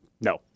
No